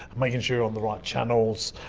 making sure you're on the right channels,